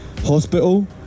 hospital